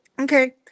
Okay